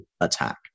attack